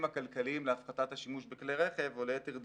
הכלכליים להפחתת השימוש בכלי רכב או ליתר דיוק,